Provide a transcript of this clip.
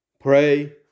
Pray